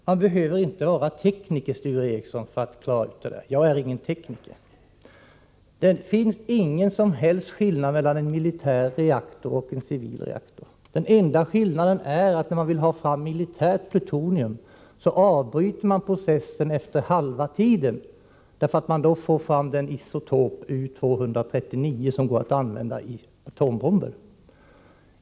Man behöver inte vara tekniker, Sture Ericson, för att kunna klara ut detta. Jag är ingen tekniker. Det finns ingen som helst skillnad mellan en militär reaktor och en civil reaktor. Den enda skillnaden är att man, när man vill ha fram militärt plutonium, avbryter processen efter halva tiden, eftersom man då får fram den isotop U 239, som går att använda i atombomber.